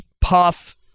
Puff